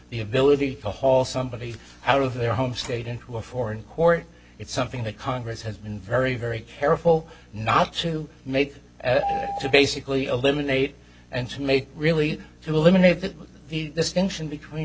the ability to haul somebody out of their home state into a foreign court it's something that congress has been very very careful not to make to basically eliminate and to make really to eliminate the distinction between